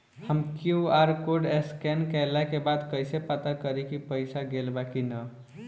हम QR code scan कइला के बाद कइसे पता करि की पईसा गेल बा की न?